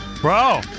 Bro